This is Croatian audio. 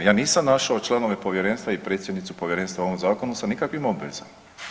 Ja nisam našao članove povjerenstva i predsjednicu povjerenstva u ovom zakonu sa nikakvim obvezama.